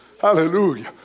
Hallelujah